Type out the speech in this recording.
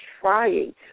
trying